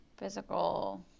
physical